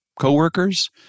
coworkers